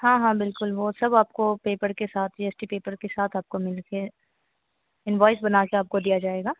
हाँ हाँ बिलकुल वह सब आपको पेपर के साथ जी एस टी पेपर के साथ आपको मिलकर इनवॉइस बनाकर आपको दिया जाएगा